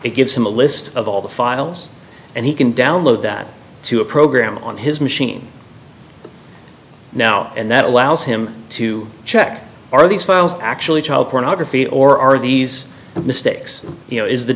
it gives him a list of all the files and he can download that to a program on his machine now and that allows him to check are these files actually child pornography or are these mistakes you know is the